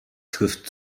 trifft